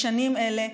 בשנים אלה,